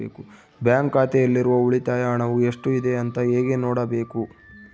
Bank ಖಾತೆಯಲ್ಲಿರುವ ಉಳಿತಾಯ ಹಣವು ಎಷ್ಟುಇದೆ ಅಂತ ಹೇಗೆ ನೋಡಬೇಕು?